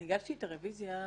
אני הגשתי את הרביזיה.